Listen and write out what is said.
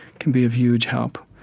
can be of huge help.